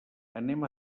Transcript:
anem